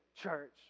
church